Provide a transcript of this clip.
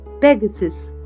Pegasus